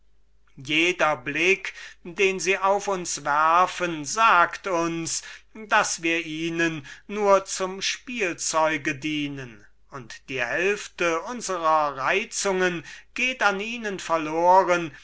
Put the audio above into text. jeder blick den sie auf mich werfen sagt mir daß ich ihnen nur zum spielzeug diene und die hälfte meiner reizungen geht an ihnen verloren